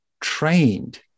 trained